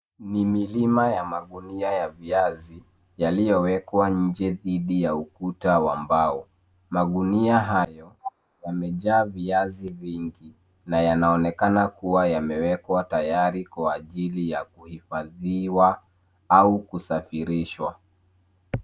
Ni milima ya magunia ya viazi yaliyowekwa nje dhidi ya ukuta wa mbao. Magunia hayo yamejaa viazi vingi na yanaonekana kuwa yamewekwa tayari kwa ajili ya kuhifadhiwa au kusafirishwa.